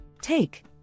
Take